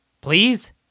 Please